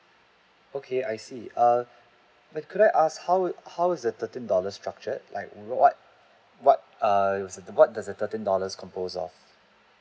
okay I see err could I ask how how's the thirteen dollars structured like what what err what does the thirteen dollars compose of